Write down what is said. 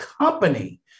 company